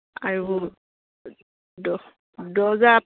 আৰু দৰ্জাত